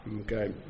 okay